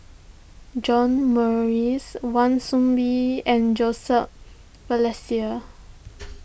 John Morrice Wan Soon Bee and Joseph Balestier